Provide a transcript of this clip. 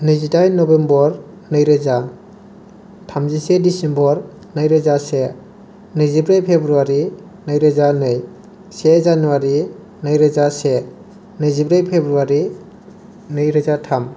नैजिदाइन नबेम्बर नै रोजा थामजिसे डिसेम्बर नै रोजा से नैजिब्रै फेब्रुवारि नै रोजा नै से जानुवारि नै रोजा से नैजिब्रै फेब्रुवारि नै रोजा थाम